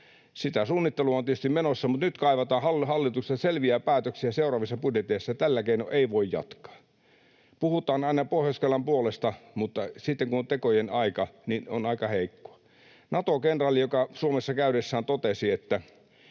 Sitä suunnittelua on tietysti menossa, mutta nyt kaivataan hallitukselta selviä päätöksiä seuraavissa budjeteissa. Tällä keinoin ei voi jatkaa. Puhutaan aina Pohjois-Karjalan puolesta, mutta sitten kun on tekojen aika, niin on aika heikkoa. Nato-kenraali Suomessa käydessään totesi, että